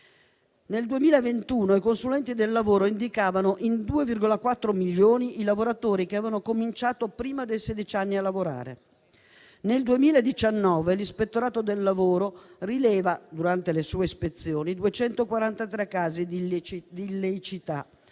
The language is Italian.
Nel 2021 i consulenti del lavoro indicavano in 2,4 milioni i lavoratori che avevano cominciato a lavorare prima dei sedici anni. Nel 2019 l'Ispettorato del lavoro rileva, durante le sue ispezioni, 243 casi di illiceità